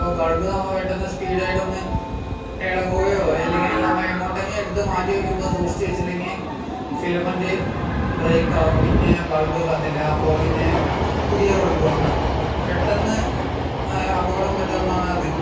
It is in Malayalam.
ഇപ്പോൾ ബൾബ് നമ്മൾ പെട്ടെന്ന് സ്പീഡായിട്ടൊന്ന് എളകുകയോ ഇല്ലെങ്കിൽ നമ്മൾ എങ്ങോട്ടെങ്കിലും എടുത്ത് മാറ്റി വെക്കുമ്പോൾ സൂക്ഷിച്ച് വെച്ചില്ലെങ്കിൽ ഫിലമെൻറ്റ് ബ്രേക്ക് ആകും പിന്നെ ബൾബ് കത്തില്ല അപ്പോൾ പിന്നെ പുതിയ ബൾബ് വാങ്ങണം പെട്ടെന്ന് അപകടം പറ്റുന്നതാണ് അത്